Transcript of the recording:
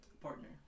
partner